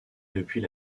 depuis